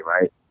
right